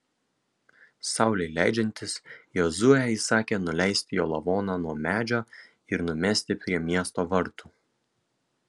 saulei leidžiantis jozuė įsakė nuleisti jo lavoną nuo medžio ir numesti prie miesto vartų